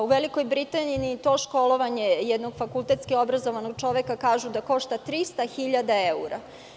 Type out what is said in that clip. U Velikoj Britaniji školovanje jednog fakultetski obrazovanog čoveka, kažu, košta 300.000 evra.